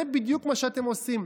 זה בדיוק מה שאתם עושים.